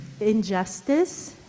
injustice